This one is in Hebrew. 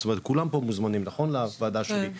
כולם מוזמנים לוועדה שלי,